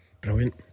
Brilliant